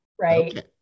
right